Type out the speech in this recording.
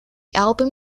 album